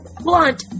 Blunt